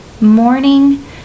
Morning